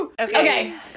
Okay